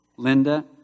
Linda